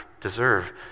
deserve